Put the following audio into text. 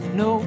no